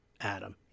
Adam